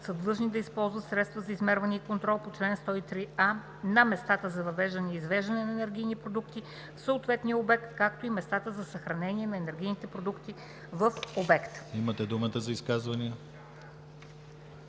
са длъжни да използват средства за измерване и контрол по чл. 103а на местата за въвеждане и извеждане на енергийни продукти в съответния обект, както и в местата за съхранение на енергийните продукти в обекта.“ ПРЕДСЕДАТЕЛ